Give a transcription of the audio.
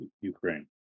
ukraine